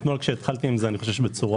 אתמול כשהתחלתי עם זה אמרת לי בצורה